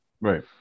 right